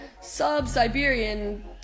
sub-Siberian